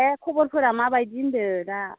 एह खबरफोरा मा बायदि होनदों दा